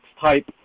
type